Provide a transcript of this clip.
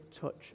touch